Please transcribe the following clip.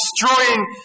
destroying